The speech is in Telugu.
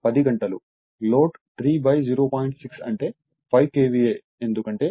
6 అంటే 5KVA ఎందుకంటే పవర్ ఫ్యాక్టర్ 0